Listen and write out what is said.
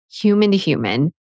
human-to-human